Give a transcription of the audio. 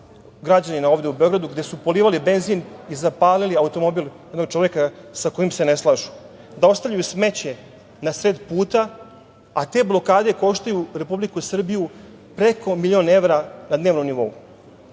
građanina ovde u Beogradu gde su polivali benzin i zapalili automobil jednog čoveka sa kojim se ne slažu. Da ostavljaju smeće na sred puta, a te blokade koštaju Republiku Srbiju preko milion evra na dnevnom nivou. Imala